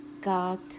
God